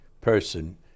person